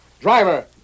Driver